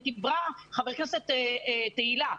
דיברה חברת הכנסת תהלה פרידמן,